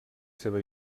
seva